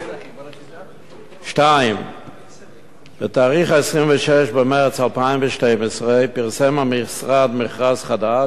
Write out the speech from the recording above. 2. בתאריך 26 במרס 2012 פרסם המשרד מכרז חדש במטרה